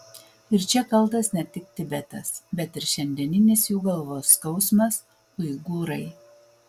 ir čia kaltas ne tik tibetas bet ir šiandieninis jų galvos skausmas uigūrai